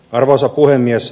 arvoisa puhemies